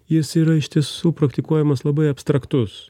jis yra iš tiesų praktikuojamas labai abstraktus